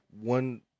one-